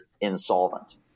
insolvent